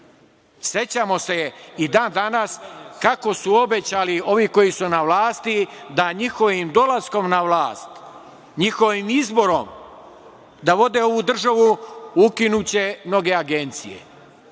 državi.Sećamo se i dan-danas kako su obećali ovi koji su na vlasti da njihovim dolaskom na vlast, njihovim izborom da vode ovu državu, ukinuće mnoge agencije.